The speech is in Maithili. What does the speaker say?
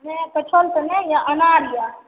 नहि कटहल तऽ नहि यऽ अनार यऽ